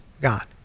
God